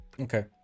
okay